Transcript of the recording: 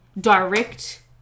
direct